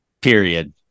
period